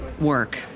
work